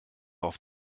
auf